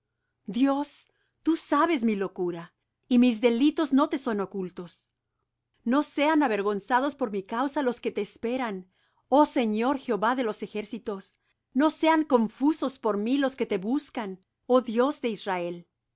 dios tú sabes mi locura y mis delitos no te son ocultos no sean avergonzados por mi causa los que te esperan oh señor jehová de los ejércitos no sean confusos por mí los que te buscan oh dios de israel